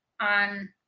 on